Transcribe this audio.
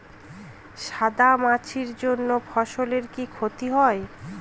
সাদা মাছির জন্য ফসলের কি ক্ষতি হয়?